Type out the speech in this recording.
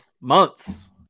months